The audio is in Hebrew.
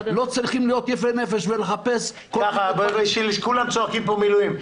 לא צריכים להיות יפי נפש ולחפש --- כולם צועקים פה "מילואים".